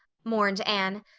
mourned anne.